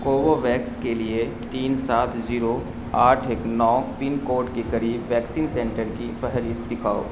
کووو ویکس کے لیے تین سات زیرو آٹھ ایک نو پن کوڈ کے قریب ویکسین سینٹر کی فہرست دکھاؤ